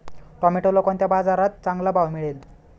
टोमॅटोला कोणत्या बाजारात चांगला भाव मिळेल?